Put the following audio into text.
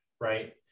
Right